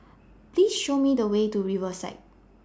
Please Show Me The Way to Riverside